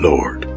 Lord